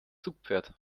zugpferd